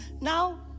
now